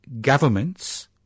governments